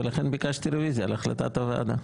ולכן ביקשתי רוויזיה על החלטת הוועדה.